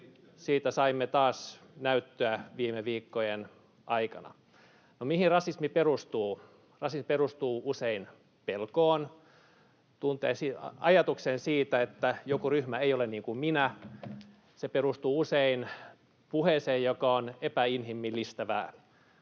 Erittäin hyvä, tuo on rehellistä!] Mihin rasismi perustuu? Rasismi perustuu usein pelkoon, ajatukseen siitä, että joku ryhmä ei ole niin kuin minä. Se perustuu usein puheeseen, joka on epäinhimillistävää.